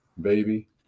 baby